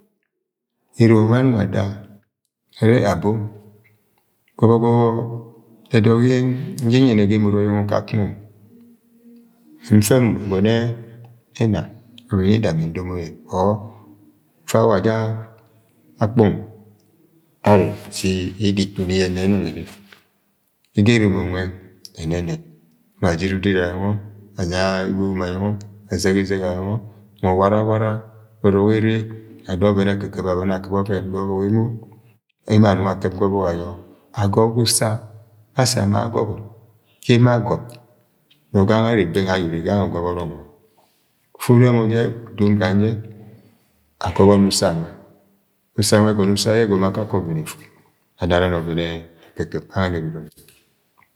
Erom wa nung ada ẹrẹ abo gọbọgo̱bọ ẹdọk yin gi nyẹnẹ ga ẹmot ọyọngọ mfe mọ egọnẹ ẹna ubin yida min-ndomo yẹ or fa awa ja-a-akpọng areb si-i-i ida itum iyẹn ne ẹnung ebi ege eromo nwẹ ẹnẹnẹb ema adiri udiri ayungọ ana iwowoniẹ azẹge-izẹg ayungọ nungo awaru owuaru ọrọk ene ada ọvẹn ekɨkɨb gu abek emo, emo abọne akɨb ga ọbọk ayọ agọbọ usa ye asa amagọbọ yẹ emo agei nọ gange are bẹng ayẹ ure gangẹ ugo p ọrọk nwẹ agobo ni usa nwẹ usa nwẹ ẹgọna akakẹ usa yẹ egomo ọvẹi efu, anaranè ọvẹn ekɨb garange ga edudu nwẹ.